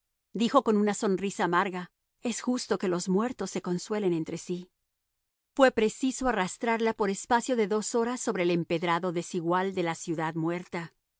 mi estilo dijo con una sonrisa amarga es justo que los muertos se consuelen entre sí fue preciso arrastrarla por espacio de dos horas sobre el empedrado desigual de la ciudad muerta